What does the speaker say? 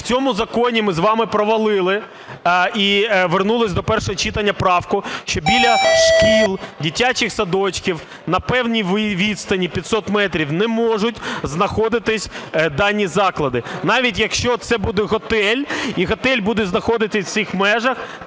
В цьому законі ми з вами провалили і повернули до першого читання правку, що біля шкіл, дитячих садочків на певній відстані, в 500 метрів, не можуть знаходитися дані заклади. Навіть якщо це буде готель і готель буде знаходитися в цих межах,